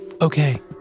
Okay